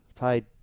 Paid